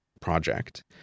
project